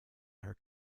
her